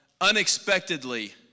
unexpectedly